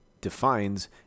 defines